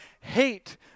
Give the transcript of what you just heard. hate